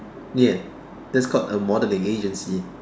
ya that's called a modelling agency